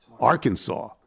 Arkansas